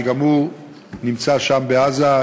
שגם הוא נמצא שם בעזה,